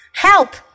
Help